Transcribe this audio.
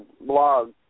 blog